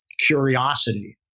curiosity